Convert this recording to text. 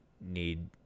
need